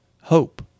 hope